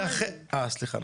סליחה.